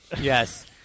Yes